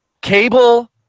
Cable